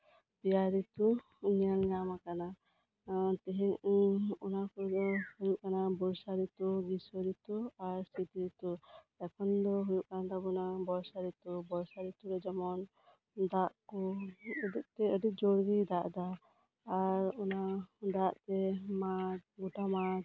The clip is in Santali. ᱯᱮᱭᱟ ᱨᱤᱛᱩ ᱧᱮᱞ ᱧᱟᱢᱟᱠᱟᱱᱟ ᱚᱱᱟ ᱠᱚᱫᱚ ᱦᱩᱭᱩᱜ ᱠᱟᱱᱟ ᱵᱚᱨᱥᱟ ᱨᱤᱛᱩ ᱜᱨᱤᱥᱚ ᱨᱤᱛᱩ ᱟᱨ ᱥᱤᱛ ᱨᱤᱛᱩ ᱮᱠᱷᱚᱱ ᱫᱚ ᱦᱩᱭᱩᱜ ᱠᱟᱱ ᱛᱟᱵᱚᱱᱟ ᱵᱚᱨᱥᱟ ᱨᱤᱛᱩ ᱵᱚᱨᱥᱟ ᱨᱤᱛᱩ ᱨᱮ ᱡᱮᱢᱚᱱ ᱫᱟᱜ ᱠᱚ ᱢᱤᱫ ᱜᱷᱟᱹᱲᱤᱡ ᱛᱮ ᱟᱹᱰᱤ ᱡᱳᱨ ᱜᱮᱭ ᱫᱟᱜ ᱫᱟ ᱟᱨ ᱚᱱᱟ ᱫᱟᱜ ᱜᱮ ᱢᱟᱹᱷ ᱜᱚᱴᱟ ᱢᱟᱴᱷ